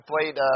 played